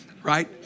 Right